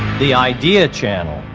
the idea channel.